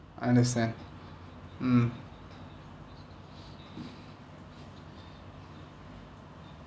understand mm